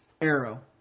Arrow